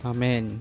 Amen